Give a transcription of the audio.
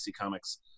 Comics